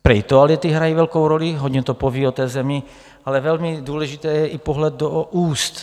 Prý toalety hrají velkou roli, hodně to poví o té zemi, ale velmi důležitý je i pohled do úst.